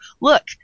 look